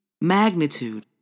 Magnitude